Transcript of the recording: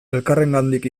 elkarrengandik